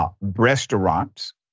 restaurants